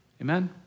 Amen